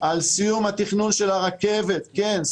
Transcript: על סיום התכנון של הרכבת כן,